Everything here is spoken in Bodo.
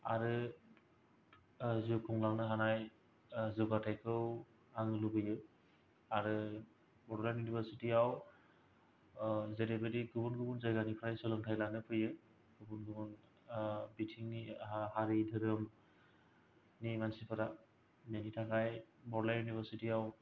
आरो जिउ खुंलांनो हानाय जौगाथायखौ आं लुबैयो आरो बड'लेण्ड इउनिभारसिटीआव जेरैबायदि गुबुन गुबुन जायगानिफ्राइ सोलोंथाइ लानो फैयो गुबुन गुबुन बिथिंनि हारि धोरोम नि मानसिफोरा बेनि थाखाय बड'लेण्ड इउनिभारसिटीआव